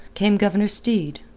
came governor steed,